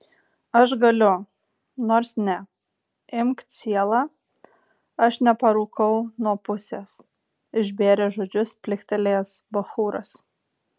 aš galiu nors ne imk cielą aš neparūkau nuo pusės išbėrė žodžius pliktelėjęs bachūras